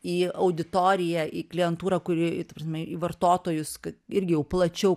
į auditoriją į klientūrą kuri ta prasme į vartotojus kad irgi jau plačiau